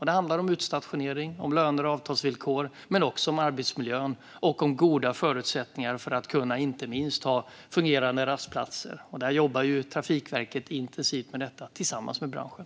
Det handlar om utstationering och om löner och avtalsvillkor - men också om arbetsmiljön och om goda förutsättningar för att, inte minst, ha fungerande rastplatser. Trafikverket jobbar intensivt med detta, tillsammans med branschen.